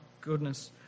goodness